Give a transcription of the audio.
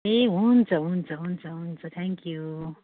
ए हुन्छ हुन्छ हुन्छ हुन्छ थ्याङ्क्यु